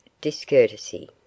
discourtesy